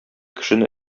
кешене